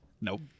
Nope